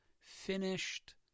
finished